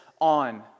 on